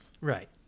right